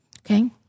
Okay